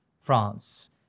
France